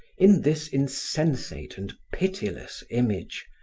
in this insensate and pitiless image,